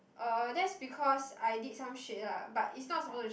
oh that's because I did some shit ah but it's not suppose to